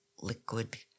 liquid